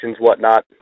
whatnot